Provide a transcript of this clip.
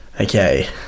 Okay